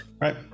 Right